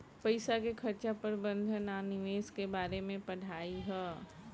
पईसा के खर्चा प्रबंधन आ निवेश के बारे में पढ़ाई ह